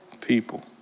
people